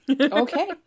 Okay